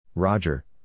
Roger